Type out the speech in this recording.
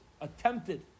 attempted